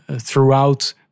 throughout